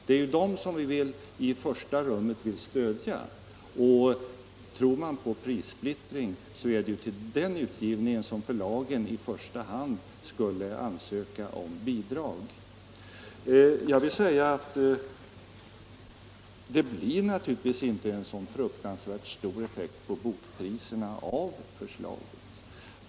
Det är den vi i första rummet vill stödja, och tror man på prissplittring är det till den utgivningen som förlagen i första hand skulle ansöka om bidrag. Nu blir det naturligtvis inte en sådan fruktansvärt stor effekt på bokpriserna av förslaget.